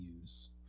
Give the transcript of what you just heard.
use